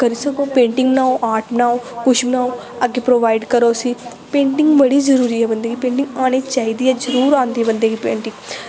करी सको पेंटिंग बनाओ आर्ट बनाओ कुछ बनाओ अग्गें प्रोवाइड करो उसी पेंटिंग बड़ी जरूरी ऐ बंदे गी पेंटिंग आनी चाहिदी ऐ जरूर आंदी बंदे गी पेंटिंग